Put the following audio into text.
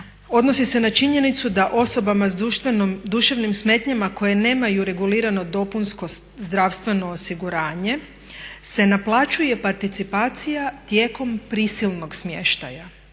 odnosi se na činjenicu da osobama s duševnim smetnjama koje nemaju regulirano dopunsko zdravstveno osiguranje se naplaćuje participacija tijekom prisilnog smještaja,